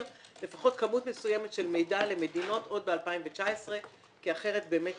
לפחות כמות מסוימת של מידע למדינות עוד ב-2019 כי אחרת באמת